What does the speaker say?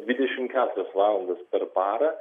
dvidešimt keturias valandas per parą